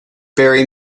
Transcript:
barry